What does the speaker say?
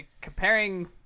comparing